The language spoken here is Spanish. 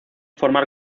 formar